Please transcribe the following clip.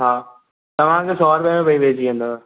हा तव्हांखे सौ रुपए में भई पइजी वेंदव